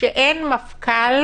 כשאין מפכ"ל,